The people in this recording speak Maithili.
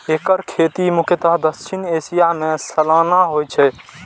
एकर खेती मुख्यतः दक्षिण एशिया मे सालाना होइ छै